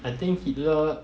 I think hitler